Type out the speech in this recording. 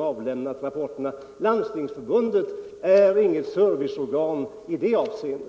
har avlämnat handlingarna. Landstingsförbundet är inget serviceorgan i det avseendet.